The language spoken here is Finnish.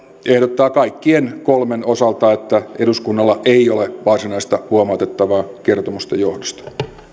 ehdottaa kaikkien kolmen osalta että eduskunnalla ei ole varsinaista huomautettavaa kertomusten johdosta